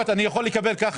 אני יכול לקבל שלוש דקות?